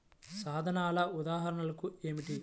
సాధనాల ఉదాహరణలు ఏమిటీ?